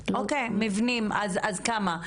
אוקיי, מבנים, אז כמה?